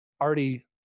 already